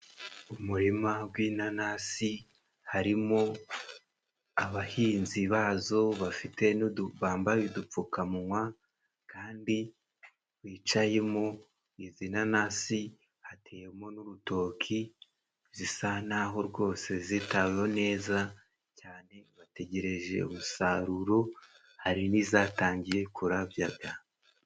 Umurima gw'inanasi harimo abahinzi bazo bafite n'udu bambaye udupfukamunwa, kandi bicaye mu inanasi hateyemo n'urutoki, zisa naho rwose zitaweho neza cyane bategereje umusaruro, hari n'izatangiye kurabyaga.